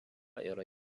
yra